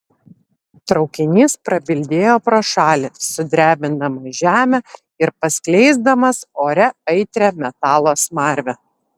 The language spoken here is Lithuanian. traukinys prabildėjo pro šalį sudrebindamas žemę ir paskleisdamas ore aitrią metalo smarvę